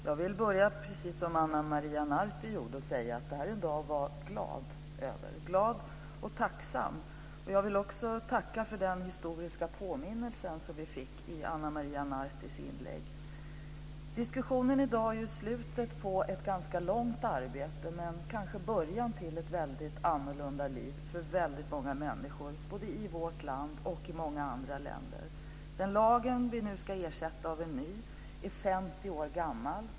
Fru talman! Jag vill precis som Ana Maria Narti börja med att säga att det här är en dag att vara glad och tacksam över. Jag vill också tacka för den historiska påminnelse som vi fick i Ana Maria Nartis inlägg. Dagens diskussion är slutet på ett ganska långt arbete men kanske början till ett väldigt annorlunda liv för väldigt många människor både i vårt land och i många andra länder. Den lag som vi nu ska ersätta med en ny är 50 gammal.